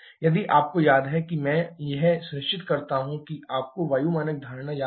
यदि आपको याद है कि मैं यह सुनिश्चित करता हूं कि आपको वायु मानक धारणा याद है